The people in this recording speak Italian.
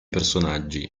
personaggi